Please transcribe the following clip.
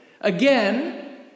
again